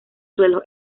suelos